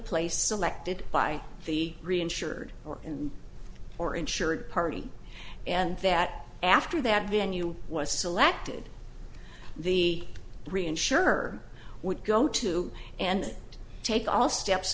place selected by the reinsured or and or insured party and that after that venue was selected the reinsurer would go to and take all steps